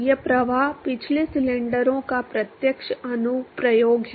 यह प्रवाह पिछले सिलेंडरों का प्रत्यक्ष अनुप्रयोग है